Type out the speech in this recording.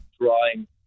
drawing